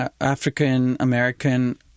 African-American